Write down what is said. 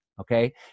okay